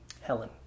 Helen